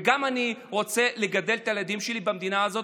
וגם אני רוצה לגדל את הילדים שלי במדינה הזאת,